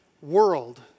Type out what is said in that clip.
world